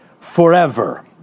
forever